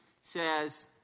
says